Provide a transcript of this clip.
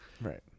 Right